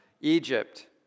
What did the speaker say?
Egypt